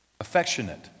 affectionate